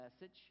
message